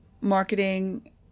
marketing